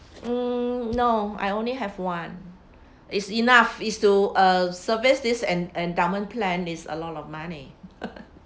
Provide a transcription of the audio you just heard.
mm no I only have one is enough is to uh service this en~ endowment plan is a lot of money